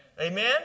Amen